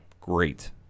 great